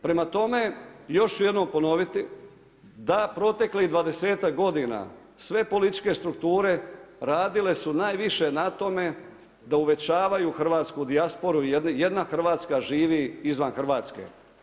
Prema tome, još ću jednom ponoviti da proteklih dvadesetak godina sve političke strukture radile su najviše na tome da uvećavaju hrvatsku dijasporu, jedna Hrvatska živi izvan Hrvatske.